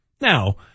Now